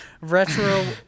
retro